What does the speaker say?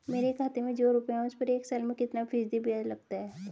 मेरे खाते में जो रुपये हैं उस पर एक साल में कितना फ़ीसदी ब्याज लगता है?